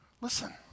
Listen